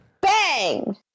Bang